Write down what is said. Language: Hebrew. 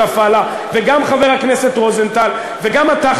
שותפה לה וגם חבר הכנסת רוזנטל וגם אתה,